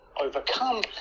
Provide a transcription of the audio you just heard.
overcome